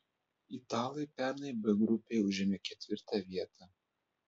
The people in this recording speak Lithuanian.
italai pernai b grupėje užėmė ketvirtą vietą